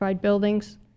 buildings